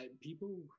People